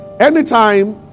Anytime